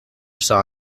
saw